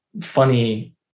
funny